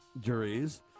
juries